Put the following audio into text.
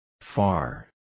Far